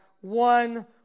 one